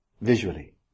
Visually